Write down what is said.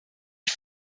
ich